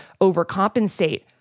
overcompensate